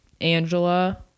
angela